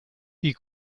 die